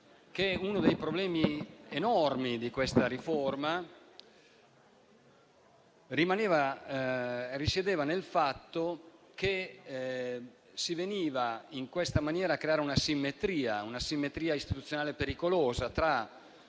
che uno dei problemi enormi di questa riforma risiedeva nel fatto che, in tale maniera, si veniva a creare un'asimmetria istituzionale pericolosa tra